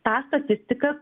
tą statistiką